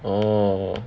orh